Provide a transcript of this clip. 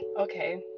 okay